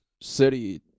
city